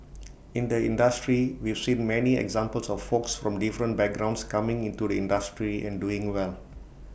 in the industry we've seen many examples of folks from different backgrounds coming into the industry and doing well